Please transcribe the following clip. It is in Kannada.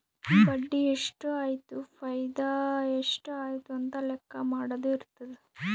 ಬಡ್ಡಿ ಎಷ್ಟ್ ಆಯ್ತು ಫೈದಾ ಎಷ್ಟ್ ಆಯ್ತು ಅಂತ ಲೆಕ್ಕಾ ಮಾಡದು ಇರ್ತುದ್